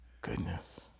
Goodness